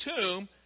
tomb